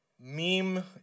meme